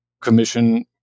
commission